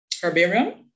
herbarium